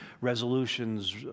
resolutions